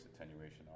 attenuation